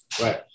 Right